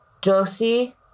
Josie